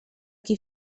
qui